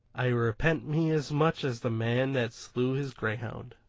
i repent me as much as the man that slew his greyhound.